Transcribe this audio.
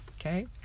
okay